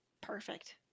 Perfect